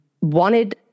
wanted